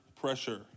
Pressure